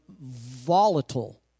volatile